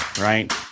right